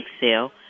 sale